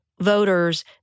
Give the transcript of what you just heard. voters